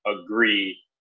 agree